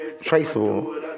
traceable